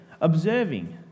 observing